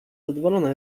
zadowolona